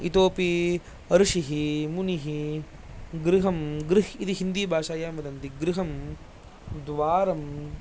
इतोपि ऋषिः मुनिः गृहम् गृह् इति हिन्दीभाषायां वदन्ति गृहम् द्वारम्